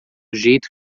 jeito